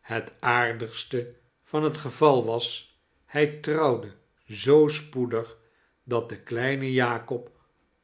het aardigste van het geval was hij trouwde zoo spoedig dat de kleine jakob